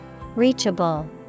Reachable